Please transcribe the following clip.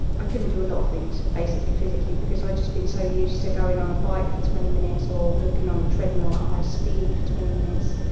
i couldn't do a lot of things basically, physically, because i'd just been so used to going on a bike for twenty minutes or walking on the treadmill at ah high speed for twenty minutes,